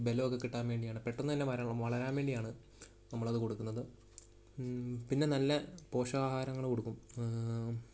ബലമൊക്കെ കിട്ടാൻ വേണ്ടിയാണ് പെട്ടെന്ന് തന്നെ വളരാൻ വേണ്ടിയാണ് നമ്മളത് കൊടുക്കുന്നത് പിന്നെ നല്ല പോഷകാഹാരങ്ങൾ കൊടുക്കും